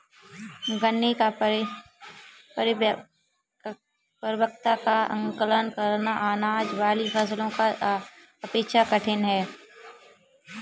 गन्ने की परिपक्वता का आंकलन करना, अनाज वाली फसलों की अपेक्षा कठिन है